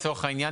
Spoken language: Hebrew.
לצורך העניין,